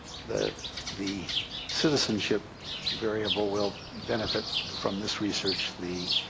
the the citizenship variable will benefit from this research the